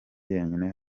jyenyine